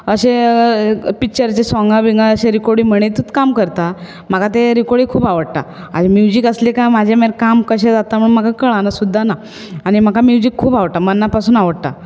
अशें पिक्चरचें सोंगां बिंगां अशें रिकॉडी म्हणितूत काम करता म्हाका ते रिकॉडी खूब आवडटा आनी म्युजीक आसली काय म्हजें मागीर काम कशें जाता म्हाका कळाना सुद्दां ना आनी म्हाका म्युजीक खूब आवडटा मना पासून आवडटा